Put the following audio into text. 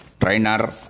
trainer